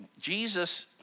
Jesus